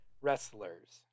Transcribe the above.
wrestlers